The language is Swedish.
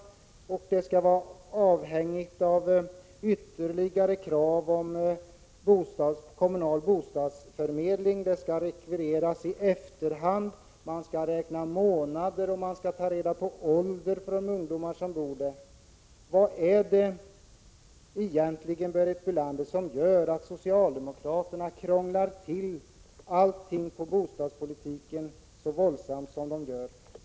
Den skall dessutom vara avhängig av krav på kommunal bostadsförmedling, den skall rekvireras i efterhand, det skall räknas månader och det skall tas in uppgifter om ungdomarnas ålder. Vad är det egentligen, Berit Bölander, som gör att socialdemokraterna krånglar till allting inom bostadspolitiken så våldsamt?